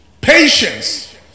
patience